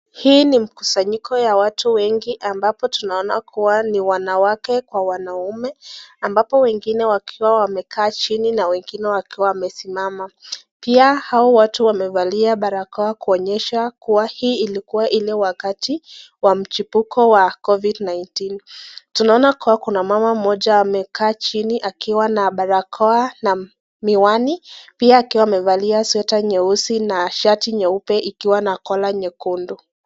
Hii ni mkusanyiko ya watu wengi ambapo tunaona kuwa ni wanawake kwa wanaume, ambapo wengine wakiwa wamekaa chini na wengine wakiwa wamesimama. Pia hao watu wamevalia barakoa kuonyesha kuwa hii ilikuwa Ile wakati wa mchupuko wa covid -19 . tunaona kuwa kuna mama mmoja amekaa chini akiwa na barakoa na miwani, pia akiwa amevalia sweater nyeusi, na shati nyeupe ikiwa na kola nyekundu .